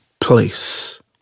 place